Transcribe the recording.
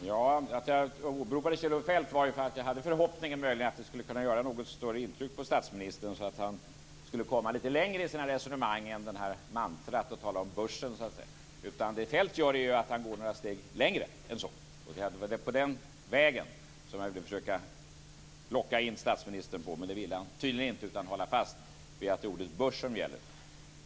Fru talman! Jag åberopade Kjell-Olof Feldt eftersom jag hade en förhoppning om att det möjligen skulle kunna göra ett något större intryck på statsministern så att han skulle komma lite längre i sina resonemang än detta mantra där han talar om börsen. Feldt går ju några steg längre än så. Jag ville försöka locka in statsministern på den vägen. Men det ville han tydligen inte. Han vill hålla fast vid att det är ordet börs som gäller.